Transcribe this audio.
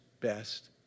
best